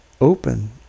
open